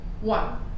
One